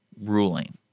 ruling